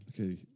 Okay